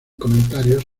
comentarios